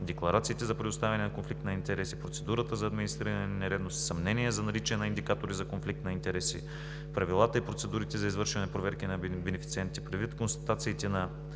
декларациите за предоставяне на конфликт на интереси, процедурата за администриране на нередности, съмнения за наличие на индикатори за конфликт на интереси, правилата и процедурите за извършени проверки на бенефициентите. Предвид констатациите на